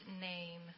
name